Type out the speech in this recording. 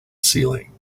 ceiling